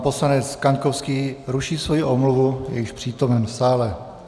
Poslanec Kaňkovský ruší svoji omluvu, je již přítomen v sále.